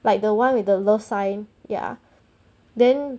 like the one with the love sign ya then